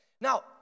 Now